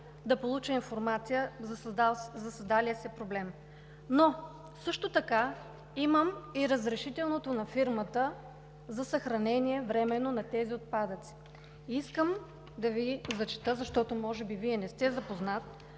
да получа информация за създалия се проблем, но също така имам и разрешителното на фирмата за временно съхранение на тези отпадъци. Искам да Ви зачета, защото може би Вие не сте запознат,